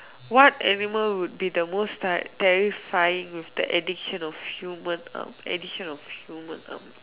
what animal would be the most terr~ terrifying with the addiction of human arm addition of human arm